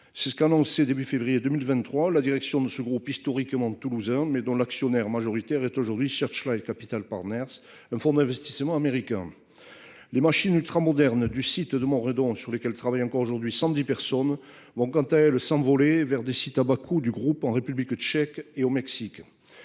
C'est ce qu'a annoncé, début février 2023, la direction de ce groupe historiquement toulousain, mais dont l'actionnaire majoritaire est aujourd'hui Searchlight Capital Partners, un fonds d'investissement américain. Les machines ultramodernes du site de Montredon, sur lesquelles travaillent encore aujourd'hui 110 personnes, vont quant à elles s'envoler vers les sites à bas coût du groupe en République tchèque et au Mexique.